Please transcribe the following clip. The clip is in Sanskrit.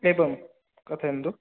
एवं कथयन्तु